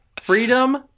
Freedom